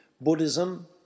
Buddhism